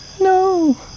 No